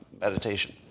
meditation